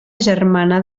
germana